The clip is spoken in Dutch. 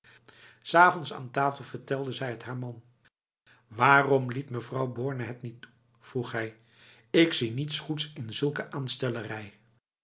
s avonds aan tafel vertelde zij het haar man waarom liet mevrouw borne het niet toe vroeg hij ik zie niets goeds in zulke